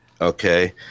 Okay